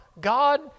God